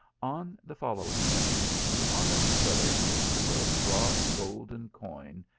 on the following morning the honest gallego took a broad golden coin,